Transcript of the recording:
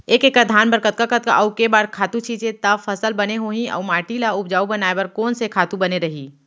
एक एक्कड़ धान बर कतका कतका अऊ के बार खातू छिंचे त फसल बने होही अऊ माटी ल उपजाऊ बनाए बर कोन से खातू बने रही?